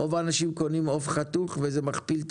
רוב האנשים קונים עוף חתוך וזה מכפיל את